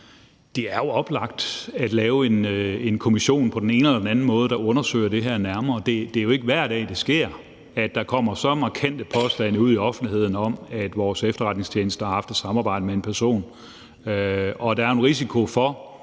Det er jo oplagt at lave en kommission på den ene eller den anden måde, der undersøger det her nærmere. Det er jo ikke hver dag, det sker, at der kommer så markante påstande ud i offentligheden om, at vores efterretningstjeneste har haft et samarbejde med en person. Der er en risiko for,